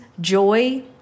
joy